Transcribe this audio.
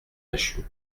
machut